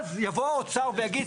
ואז יבוא האוצר ויגיד,